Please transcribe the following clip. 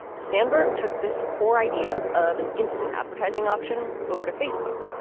sandberg took this core idea of an instant advertising option over to facebook,